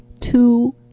two